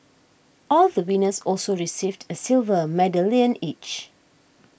all the winners also received a silver medallion each